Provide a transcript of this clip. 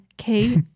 okay